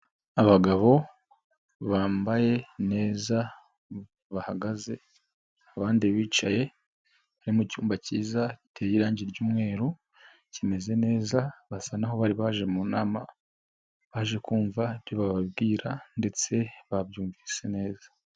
Abagabo bambaye neza bahagaze abandi bicaye bari mu cyumba cyiza giteye irangi ry'umweru kimeze neza basa naho bari baje mu nama baje kumva ibyo bababwira ndetse babyumvise neza.